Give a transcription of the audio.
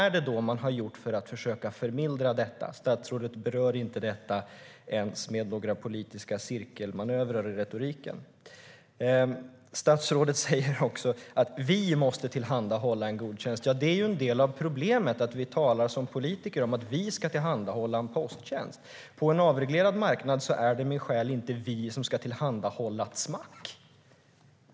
Statsrådet berör inte detta ens med några politiska cirkelmanövrar i retoriken. Statsrådet säger också att vi måste tillhandahålla en god tjänst. Det är ju en del av problemet att vi politiker talar om att vi ska tillhandahålla en posttjänst. På en avreglerad marknad är det min själ inte vi som ska tillhandahålla ett smack!